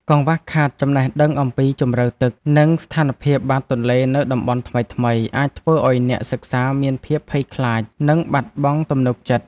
កង្វះខាតចំណេះដឹងអំពីជម្រៅទឹក និងស្ថានភាពបាតទន្លេនៅតំបន់ថ្មីៗ អាចធ្វើឱ្យអ្នកសិក្សាមានភាពភ័យខ្លាច និងបាត់បង់ទំនុកចិត្ត។